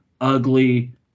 ugly